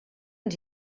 ens